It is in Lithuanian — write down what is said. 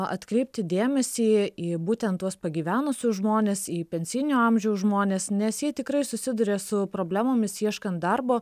atkreipti dėmesį į būtent tuos pagyvenusius žmones į pensijinio amžiaus žmones nes jie tikrai susiduria su problemomis ieškant darbo